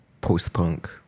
post-punk